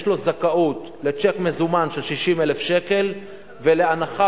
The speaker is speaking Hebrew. יש לו זכאות לצ'ק מזומן של 60,000 שקל ולהנחה